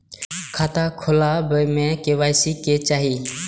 खाता खोला बे में के.वाई.सी के चाहि?